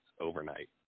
overnight